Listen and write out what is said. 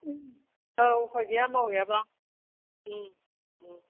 औ उफाय गैया मावहैयाबा